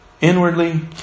inwardly